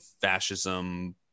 fascism